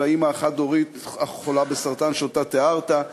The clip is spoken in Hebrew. האימא החד-הורית החולה בסרטן שאותה תיארת,